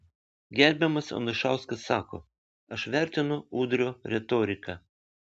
gerbiamas anušauskas sako aš vertinu udrio retoriką